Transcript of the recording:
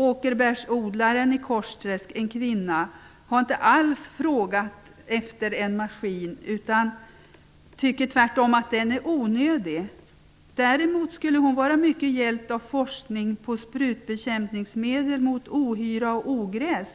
Åkerbärsodlaren i Korsträsk, en kvinna, har inte alls frågat efter en maskin utan tycker tvärtom att den är onödig. Däremot skulle hon vara mycket hjälpt av forskning på sprutbekämpningsmedel mot ohyra och ogräs,